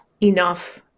enough